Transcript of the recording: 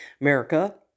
America